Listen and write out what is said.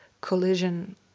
collision